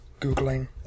Googling